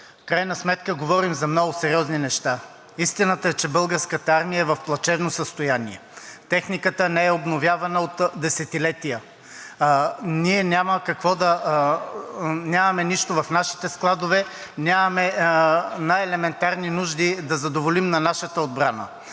крайна сметка говорим за много сериозни неща. Истината е, че Българската армия е в плачевно състояние. Техниката не е обновявана от десетилетия. Ние нямаме нищо в нашите складове, не можем да задоволим най-елементарни нужди на нашата отбрана,